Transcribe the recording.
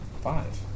five